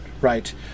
right